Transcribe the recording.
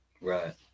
Right